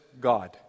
God